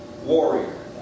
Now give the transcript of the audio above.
warrior